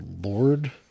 lord